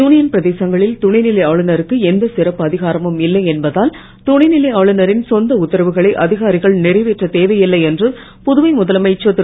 union பிரதேசங்களில் துணைநிலை ஆளுனருக்கு எந்த சிறப்பு அதிகாரமும் இல்லை என்பதால் துணைநிலை ஆளுனரின் சொந்த உத்தரவுகளை அதிகாரிகள் நிறைவேற்றத் தேவையில்லை என்று புதுவை முதலமைச்சர் திரு